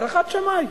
הערכת שמאי,